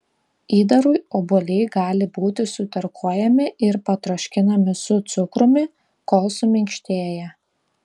įdarui obuoliai gali būti sutarkuojami ir patroškinami su cukrumi kol suminkštėja